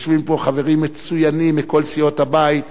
יושבים פה חברים מצוינים מכל סיעות הבית,